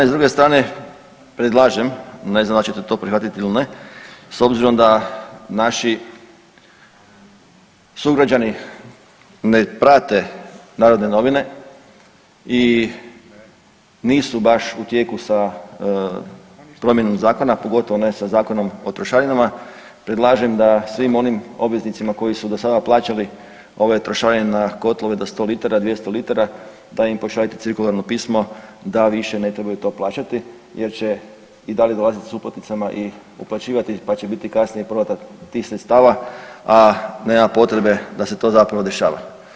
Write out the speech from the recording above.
S druge strane, predlažem, ne znam hoćete li to prihvatit il ne, s obzirom da naši sugrađani ne prate Narodne novine i nisu baš u tijeku sa promjenom zakona, a pogotovo ne sa Zakonom o trošarinama, predlažem da svim onim obveznicima koji su do sada plaćali ove trošarine na kotlove do 100 litara, 200 litara da im pošaljete cirkularno pismo da više ne trebaju to plaćati jer će i dalje dolazit s uplatnicama i uplaćivati, pa će biti kasnije povratak tih sredstava, a nema potrebe da se to zapravo dešava.